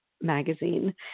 Magazine